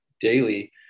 daily